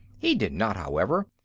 he did not, however,